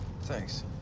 thanks